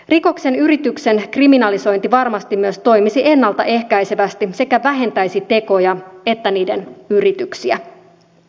rikoksen yrityksen kriminalisointi varmasti myös toimisi ennalta ehkäisevästi ja vähentäisi sekä tekoja että niiden yrityksiä